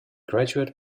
graduate